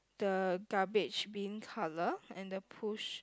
the garbage bin colour and the push